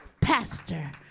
Pastor